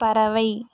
பறவை